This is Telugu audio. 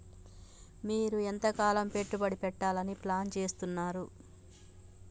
మీరు ఎంతకాలం పెట్టుబడి పెట్టాలని ప్లాన్ చేస్తున్నారు?